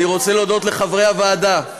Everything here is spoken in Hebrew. אני רוצה להודות לחברי הוועדה,